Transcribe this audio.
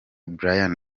brian